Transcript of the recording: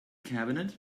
cabinet